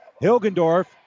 Hilgendorf